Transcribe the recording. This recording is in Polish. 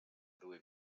były